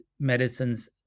medicines